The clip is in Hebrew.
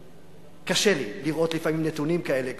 קשה לי לראות לפעמים נתונים כאלה כמו: